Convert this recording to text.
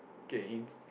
came